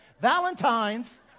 Valentine's